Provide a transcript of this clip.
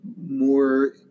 more